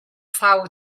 sau